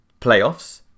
playoffs